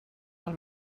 del